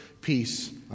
peace